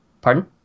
pardon